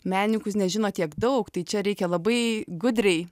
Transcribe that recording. menininkus nežino tiek daug tai čia reikia labai gudriai